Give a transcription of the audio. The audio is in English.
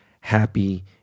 happy